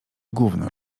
gówno